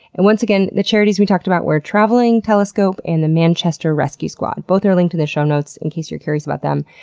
and once again, the charities we talked about were traveling telescope and the manchester rescue squad. both are linked in the show notes in case you're curious about them,